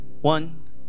One